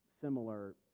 similar